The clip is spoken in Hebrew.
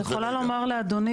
אני יכולה לומר לאדוני,